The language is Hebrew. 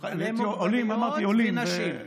ונשים.